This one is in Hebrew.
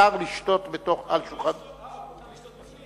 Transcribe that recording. לשתות על שולחן, מותר לשתות בפנים?